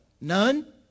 None